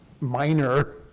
minor